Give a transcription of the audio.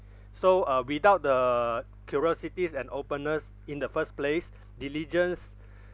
so uh without the curiosities and openness in the first place diligence